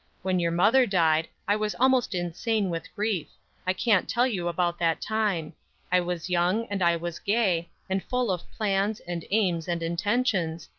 when your mother died i was almost insane with grief i can't tell you about that time i was young and i was gay, and full of plans, and aims, and intentions,